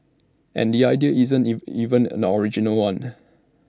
and the idea isn't if even an original one